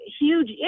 huge